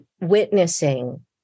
witnessing